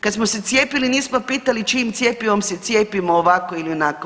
Kad smo se cijepili nismo pitali čijim cjepivom se cijepimo ovako ili onako.